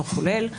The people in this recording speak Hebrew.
לא כולל.